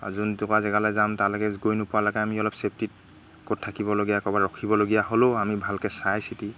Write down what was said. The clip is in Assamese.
আৰু যোনটোকোৰা জেগালৈ যাম তালৈকে গৈ নোপোৱালৈকে আমি অলপ ছেফটিত ক'ত থাকিবলগীয়া ক'ৰবাত ৰখিবলগীয়া হ'লেও আমি ভালকৈ চাই চিতি